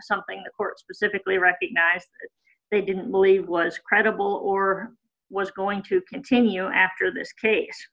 something the court specifically recognized they didn't believe was credible or was going to continue after this case